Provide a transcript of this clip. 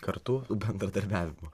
kartu bendradarbiavimo